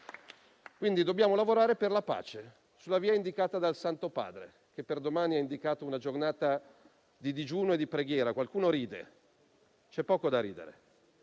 quindi lavorare per la pace, sulla via indicata dal Santo Padre, che per domani ha indetto una giornata di digiuno e di preghiera. Qualcuno ride: c'è poco da ridere.